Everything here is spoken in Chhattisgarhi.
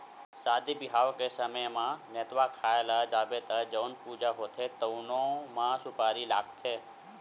सादी बिहाव के समे म, नेवता खाए ल जाबे त जउन पूजा होथे तउनो म सुपारी लागथे